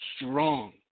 strong